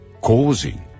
causing